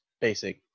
basic